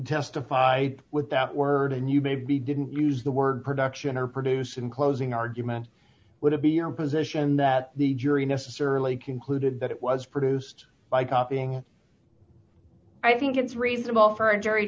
testify with that word and you maybe didn't use the word production or produce in closing argument would it be your position that the jury necessarily concluded that it was produced by coughing i think it's reasonable for